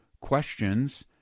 questions